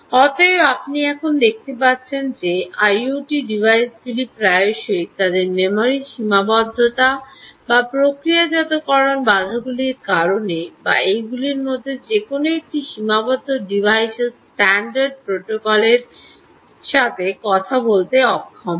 অতএব আপনি এখন দেখতে পাচ্ছেন যে আইওটি ডিভাইসগুলি প্রায়শই তাদের মেমরির সীমাবদ্ধতা বা প্রক্রিয়াজাতকরণ বাধাগুলির কারণে বা এইগুলির মধ্যে যে কোনও একটি সীমাবদ্ধ ডিভাইস স্ট্যান্ডার্ড প্রোটোকলের সাথে কথা বলতে অক্ষম হয়